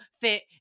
fit